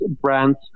brands